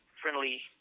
friendly